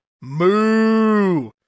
moo